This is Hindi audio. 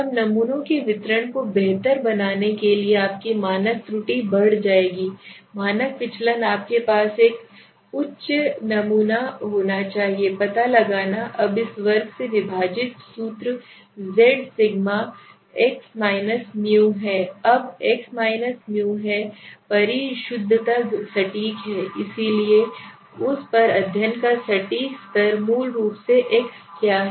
तब नमूनों के वितरण को बेहतर बनाने के लिए आपकी मानक त्रुटि बढ़ जाएगी मानक विचलन आपके पास एक उच्च नमूना होना चाहिए पता लगाना अब इस वर्ग से विभाजित सूत्र z सिग्मा x हैμ अब x μ है परिशुद्धता सटीक है इसलिए उस पर अध्ययन का सटीक स्तर मूल रूप से x क्या है